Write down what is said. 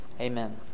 Amen